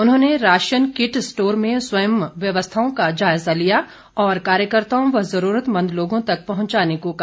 उन्होंने ration kit store में स्वयं व्यवस्थाओं का जायजा लिया और कार्यकर्ताओं को ज़रूरतमंद लोगों तक पहंचाने को कहा